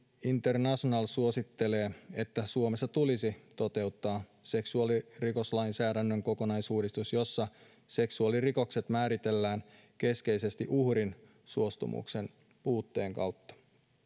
international suosittelee että suomessa tulisi toteuttaa seksuaalirikoslainsäädännön kokonaisuudistus jossa seksuaalirikokset määritellään keskeisesti uhrin suostumuksen puutteen kautta